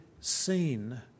seen